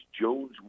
Jones